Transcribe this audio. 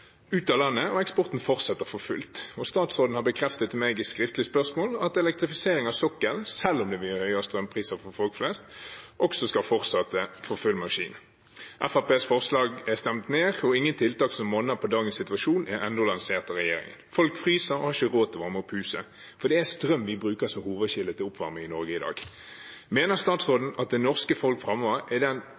ut av landet, og eksporten fortsetter for fullt. Statsråden har bekreftet til meg i svar på et skriftlig spørsmål at elektrifisering av sokkelen – selv om det blir mye høyere strømpriser for folk flest – også skal fortsette for full maskin. Fremskrittspartiets forslag er stemt ned, og ingen tiltak som monner i dagens situasjon, er ennå lansert fra regjeringen. Folk fryser og har ikke råd til å varme opp huset, for det er strøm vi bruker som hovedkilde til oppvarming i Norge i dag. Mener statsråden at